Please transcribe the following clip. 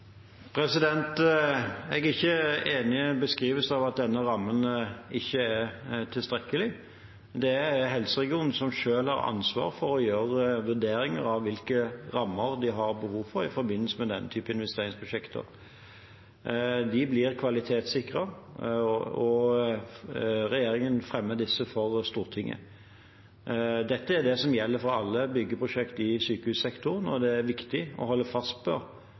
Jeg er ikke enig i beskrivelsen av at denne rammen ikke er tilstrekkelig. Det er helseregionen selv som har ansvaret for å gjøre vurderingene av hvilke rammer de har behov for i forbindelse med denne typen investeringsprosjekter. De blir kvalitetssikret, og regjeringen fremmer disse for Stortinget. Dette gjelder for alle byggeprosjekter i sykehussektoren, og det er viktig å holde fast